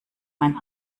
mein